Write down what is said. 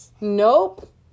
Nope